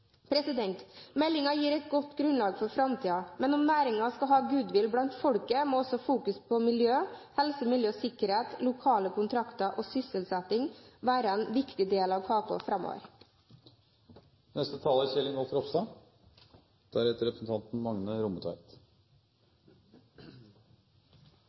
gir et godt grunnlag for framtiden, men om næringen skal ha goodwill blant folket, må også fokusering på miljø, helse, miljø og sikkerhet, lokale kontrakter og sysselsetting være en viktig del av kaken framover.